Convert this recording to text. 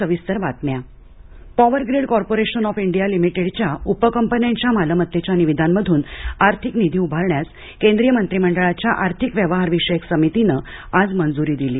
cabinet power grid corporation of India लिमिटेडच्या उपकंपन्यांच्या मालमत्तेच्या निविदांमधून आर्थिक निधी उभारण्यास केंद्रीय मंत्रीमंडळाच्या आर्थिक व्यवहारविषयक समितीनं आज मंजुरी दिली